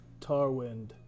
Tarwind